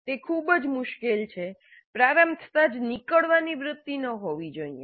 તે ખૂબ જ મુશ્કેલ છે 'પ્રારંભ થતાં જ નીકળવાની વૃતિ ન હોવી જોઈએ